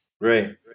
Right